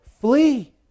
flee